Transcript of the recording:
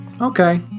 Okay